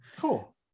Cool